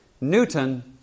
Newton